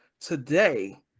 today